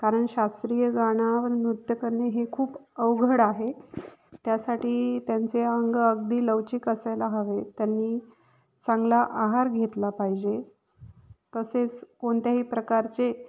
कारण शास्त्रीय गाण्यावर नृत्य करणे हे खूप अवघड आहे त्यासाठी त्यांचे अंग अगदी लवचिक असायला हवे त्यांनी चांगला आहार घेतला पाहिजे तसेच कोणत्याही प्रकारचे